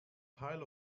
pile